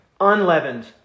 Unleavened